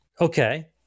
Okay